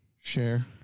share